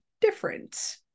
different